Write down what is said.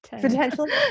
Potentially